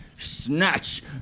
Snatch